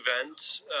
event